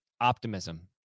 optimism